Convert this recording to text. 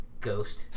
ghost